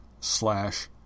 slash